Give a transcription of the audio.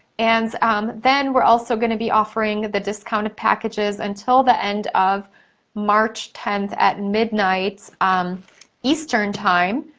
and um then, we're also gonna be offering the discounted packages until the end of march tenth at midnight eastern time,